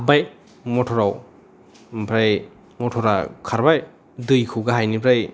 हाबबाय मटराव ओमफ्राय मटरा खारबाय दैखौ गाहायनिफ्राय